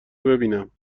ببینم